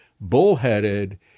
bullheaded